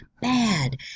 bad